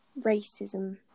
Racism